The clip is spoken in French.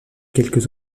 quelques